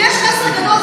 כשיש חסר גדול,